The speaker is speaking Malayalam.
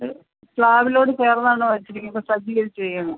അത് സ്ലാബിലോട് ചേർന്നാണ് വച്ചിരിക്കുന്നത് പതിയെ ചെയ്യണം